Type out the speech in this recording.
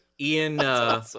Ian